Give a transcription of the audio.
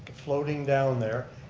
floating down there.